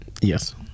Yes